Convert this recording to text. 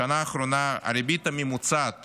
בשנה האחרונה, הריבית הממוצעת